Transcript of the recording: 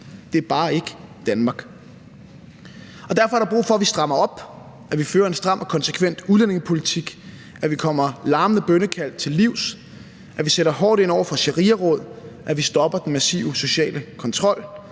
det er bare ikke Danmark. Og derfor er der brug for, at vi strammer op; at vi fører en stram og konsekvent udlændingepolitik; at vi kommer larmende bønnekald til livs; at vi sætter hårdt ind over for shariaråd; at vi stopper den massive sociale kontrol.